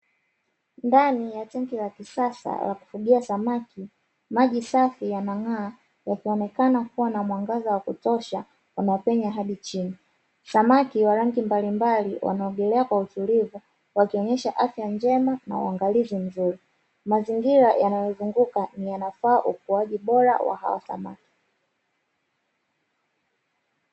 Ndani ya tenki la kisasa la kufugia samaki, maji safi yanang'aa na yakionekana kuwa na mwangaza wa kutosha unaopenya hadi chini. Samaki wa rangi mbalimbali wanaogelea kwa utulivu, wakionyesha afya njema na uangalizi mzuri. Mazingira yanayozunguka ni yanafaa ukuaji bora wa hao samaki.